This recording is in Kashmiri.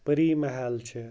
پٔری محل چھِ